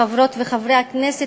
חברות וחברי הכנסת,